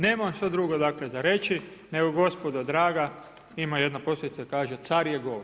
Nemam što drugo, dakle za reći nego gospodo draga ima jedna poslovica kaže „car je gol“